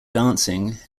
dancing